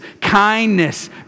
kindness